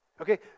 Okay